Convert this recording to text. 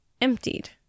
emptied